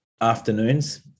afternoons